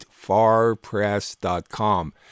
farpress.com